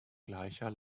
gleicher